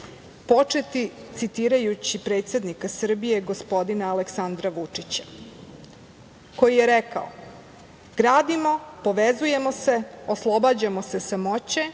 početi citirajući predsednika Srbije, gospodina Aleksandra Vučića koji je rekao: „Gradimo, povezujemo se, oslobađamo se samoće,